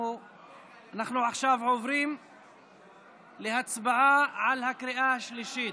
אנחנו עכשיו עוברים להצבעה בקריאה השלישית.